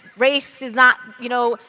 race is not, you know,